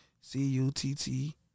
c-u-t-t